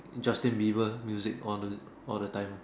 Justin-Bieber music on the all the time ah